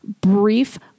brief